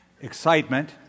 excitement